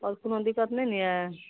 आओर कोनो दिक्कत नहि नहि यऽ